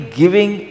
giving